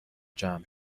جمع